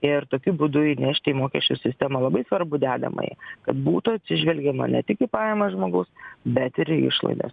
ir tokiu būdu įnešti į mokesčių sistemą labai svarbų dedamąją kad būtų atsižvelgiama ne tik į pajamas žmogaus bet ir į išlaidas